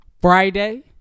Friday